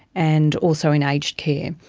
and also in aged care.